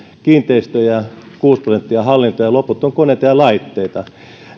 kiinteistöjä kuusi prosenttia hallintoa ja loput on koneita ja laitteita